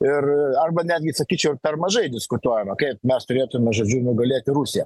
ir arba netgi sakyčiau per mažai diskutuojama kaip mes turėtume žodžiu nugalėti rusiją